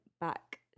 back